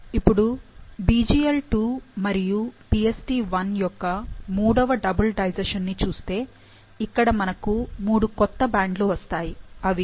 ఇప్పుడు BglII మరియు PstI యొక్క మూడవ డబుల్ డైజెషన్ ని చూస్తే ఇక్కడ మనకు మూడు కొత్త బ్యాండ్లు వస్తాయి అవి 3